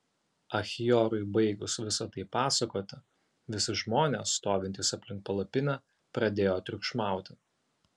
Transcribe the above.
achiorui baigus visa tai pasakoti visi žmonės stovintys aplink palapinę pradėjo triukšmauti